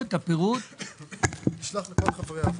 הוא נשלח לכל חברי הוועדה.